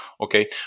okay